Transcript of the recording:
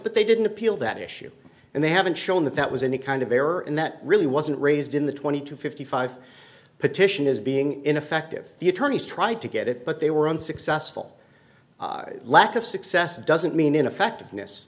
but they didn't appeal that issue and they haven't shown that that was any kind of error and that really wasn't raised in the twenty two fifty five petition is being ineffective the attorneys tried to get it but they were unsuccessful lack of success doesn't mean ineffectiveness